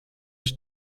ich